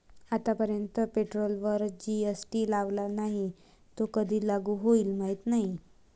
आतापर्यंत पेट्रोलवर जी.एस.टी लावला नाही, तो कधी लागू होईल माहीत नाही